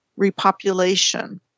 repopulation